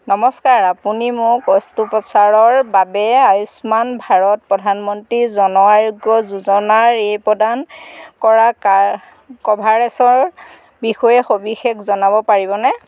নমস্কাৰ আপুনি মোক অস্ত্ৰোপচাৰ ৰ বাবে আয়ুষ্মান ভাৰত প্ৰধানমন্ত্ৰী জন আৰোগ্য যোজনাৰ এ প্ৰদান কৰা কাৰ কভাৰেজৰ বিষয়ে সবিশেষ জনাব পাৰিবনে